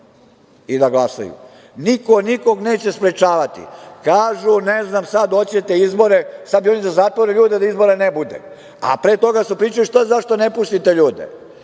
i da glasaju. Niko nikog neće sprečavati. Kažu, ne znam, sad hoćete izbore, sad bi oni da zatvore ljude, da izbora ne bude, a pre toga su pričali – zašto ne pustite ljude?